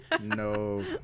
No